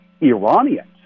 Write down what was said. Iranians